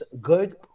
good